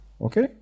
Okay